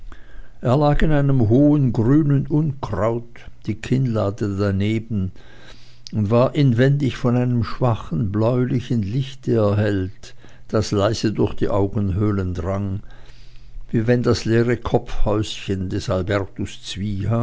in einem hohen grünen unkraut die kinnlade daneben und war inwendig von einem schwachen bläulichen lichte erhellt das leise durch die augenhöhlen drang wie wenn das leere kopfhäuschen des albertus